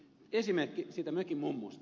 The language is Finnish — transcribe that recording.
esimerkki siitä mökin mummusta